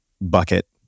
bucket